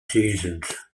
seasons